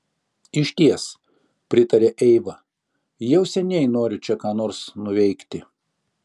išties pritarė eiva jau seniai noriu čia ką nors nuveikti